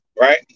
right